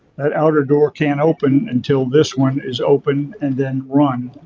that outer door can't open until this one is opened and then run,